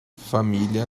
família